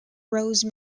rose